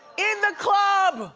in the club